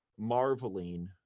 marveling